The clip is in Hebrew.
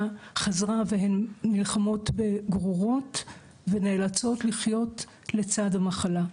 חזרה והן נלחמות בגרורות ונאלצות לחיות לצד המחלה.